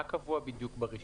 מה קבוע בדיוק ברישיונות?